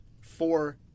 four